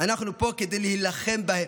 אנחנו פה כדי להילחם בהן,